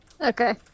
Okay